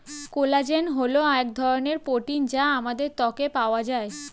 collagen হল এক ধরনের প্রোটিন যা আমাদের ত্বকে পাওয়া যায়